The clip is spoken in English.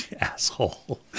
Asshole